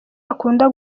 akunda